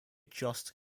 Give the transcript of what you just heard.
just